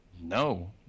No